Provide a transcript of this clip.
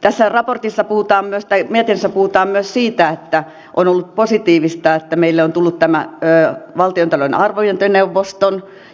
tässä mietinnössä puhutaan myös siitä että on ollut positiivista että meille on tullut tämä valtiontalouden arviointineuvosto